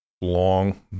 long